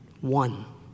one